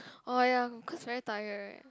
oh ya because very tired right